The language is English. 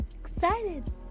excited